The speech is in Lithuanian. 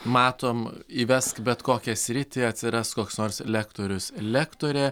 matom įvesk bet kokią sritį atsiras koks nors lektorius lektorė